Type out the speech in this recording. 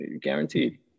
Guaranteed